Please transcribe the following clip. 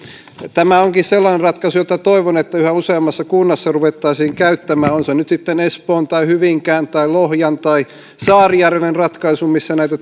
tämä onkin sellainen ratkaisu jota toivon että yhä useammassa kunnassa ruvettaisiin käyttämään on se nyt sitten espoon tai hyvinkään tai lohjan tai saarijärven ratkaisu missä näitä